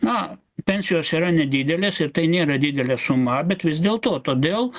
na pensijos yra nedidelės ir tai nėra didelė suma bet vis dėlto todėl